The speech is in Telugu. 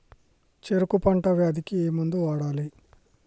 చెరుకు పంట వ్యాధి కి ఏ మందు వాడాలి?